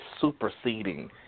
superseding